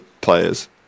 players